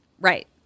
Right